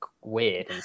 weird